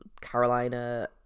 Carolina